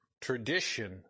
Tradition